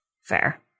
Fair